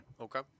Okay